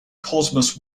cosmos